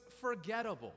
forgettable